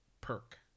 Perk